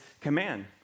command